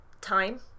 time